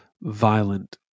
violent